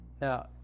Now